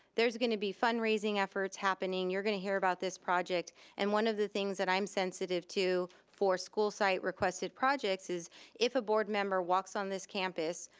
there's gonna be fundraising efforts happening. you're gonna hear about this project, and one of the things that i'm sensitive to, for school site requested projects, is if a board member walks on this campus,